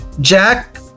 Jack